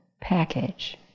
package